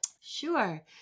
Sure